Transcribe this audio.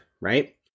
right